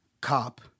cop